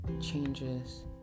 changes